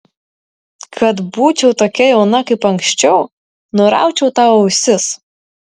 kad būčiau tokia jauna kaip anksčiau nuraučiau tau ausis